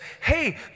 hey